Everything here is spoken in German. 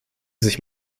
sich